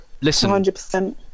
Listen